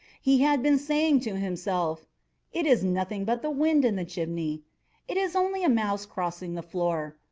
he had been saying to himself it is nothing but the wind in the chimney it is only a mouse crossing the floor,